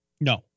No